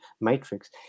matrix